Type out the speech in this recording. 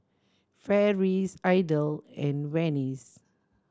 Ferris Idell and Venice